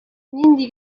нинди